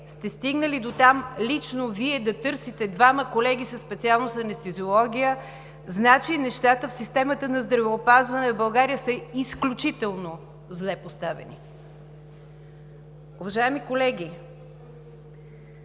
сте стигнали дотам лично Вие да търсите двама колеги със специалност „Анестезиология“, значи нещата в системата на здравеопазването в България са изключително зле поставени. Уважаеми колеги,